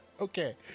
Okay